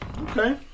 Okay